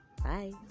Bye